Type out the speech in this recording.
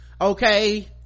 Okay